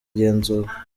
igenzura